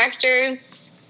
director's